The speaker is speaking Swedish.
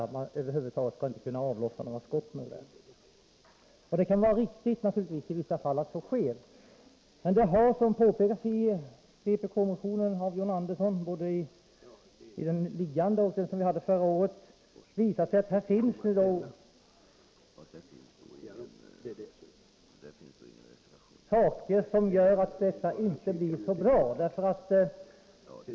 Det skall över huvud taget inte kunna gå att avlossa några skott med vapnet. I vissa fall kan det naturligtvis vara riktigt att införa sådana bestämmelser. Men det har, som påpekats i vpk-motionen 1981/82:714 av John Andersson, visat sig att man av olika skäl inte får ett så bra resultat.